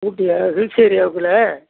ஊட்டியா hills ஏரியாவுக்குள்ள